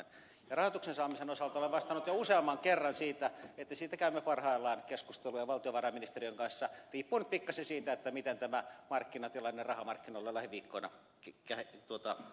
ja rahoituksen saamisen osalta olen vastannut jo useamman kerran että siitä käymme parhaillaan keskusteluja valtiovarainministeriön kanssa riippuen nyt pikkasen siitä miten tämä markkinatilanne rahamarkkinoilla lähiviikkoina kehittyy